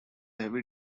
heavy